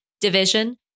division